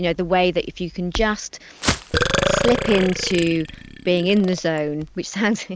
you know the way that if you can just slip into being in the zone, which sounds,